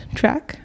track